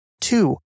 Two